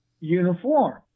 uniform